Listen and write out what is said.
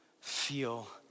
feel